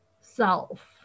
self